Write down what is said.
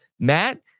Matt